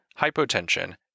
hypotension